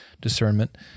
discernment